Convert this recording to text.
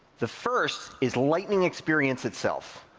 the first is lightning experience itself.